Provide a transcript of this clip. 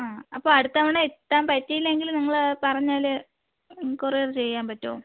ആ അപ്പോൾ അടുത്ത തവണ എത്താൻ പറ്റിയില്ലെങ്കിലും നിങ്ങൾ പറഞ്ഞാൽ കൊറിയറ് ചെയ്യാൻ പറ്റുമോ